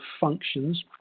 functions